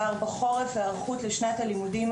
פה באמת יש לנו בעיה.